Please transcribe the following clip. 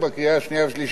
אני רוצה להודות